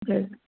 जय